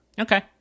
okay